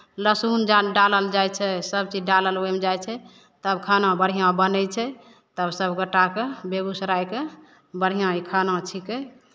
लहसुन जा डालल जाइ छै सभ चीज डालल ओहिमे जाइ छै तब खाना बढ़िआँ बनै छै तब सभ गोटाके बेगूसरायके बढ़िआँ ई खाना छिकै